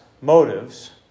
motives